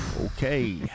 Okay